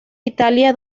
italia